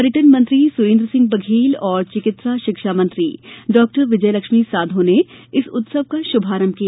पर्यटन मंत्री सुरेन्द्र सिंह बघेल और चिकित्सा शिक्षामंत्री डॉ विजय लक्ष्मी साधौ ने इस उत्सव का शुभारम्भ किया